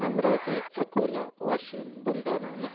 Amravati Akola Washim Buldhana Nagpur